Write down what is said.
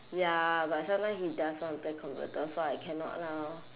ya but sometimes he does want to play computer so I cannot lah